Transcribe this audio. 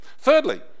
Thirdly